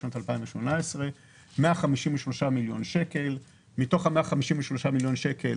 בשנת 2018. מתוך ה-153 מיליון שקל,